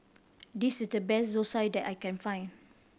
this is the best Zosui that I can find